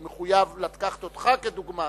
אני מחויב לקחת אותך כדוגמה,